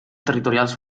territorials